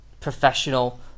professional